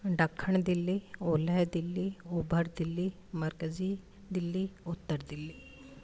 ॾखिण दिल्ली ओलह दिल्ली ओभर दिल्ली मर्कज़ी दिल्ली उत्तर दिल्ली